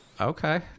okay